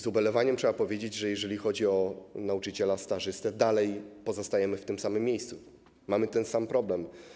Z ubolewaniem trzeba powiedzieć, że jeżeli chodzi o nauczyciela stażystę, dalej jesteśmy w tym samym miejscu, mamy ten sam problem.